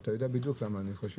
ואתה יודע בדיוק על מה אני חושב.